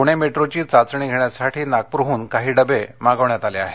पूणे मेट्रोची चाचणी घेण्यासाठी नागपूरहून काही डबे मागविण्यात आले आहेत